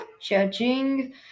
Judging